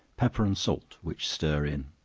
pepper and salt, which stir in.